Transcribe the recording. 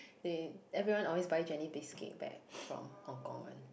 they everyone also buy jenny biscuit back from Hong-Kong one